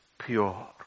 pure